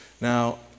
Now